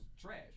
trash